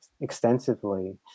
extensively